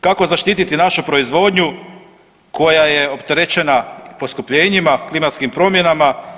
Kako zaštiti našu proizvodnju koja je opterećena poskupljenjima, klimatskim promjenama?